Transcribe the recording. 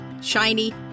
shiny